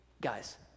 Guys